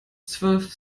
zwölf